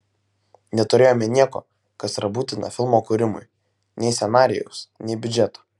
neturėjome nieko kas yra būtina filmo kūrimui nei scenarijaus nei biudžeto